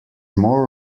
more